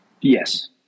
Yes